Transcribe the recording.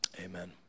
amen